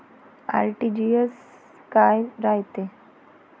RTGS काय रायते?